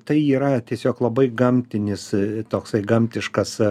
tai yra tiesiog labai gamtinis toksai gamtiškas